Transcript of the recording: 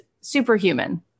superhuman